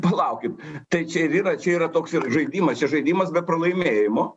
palaukit tai čia ir yra čia yra toks ir žaidimas čia žaidimas be pralaimėjimo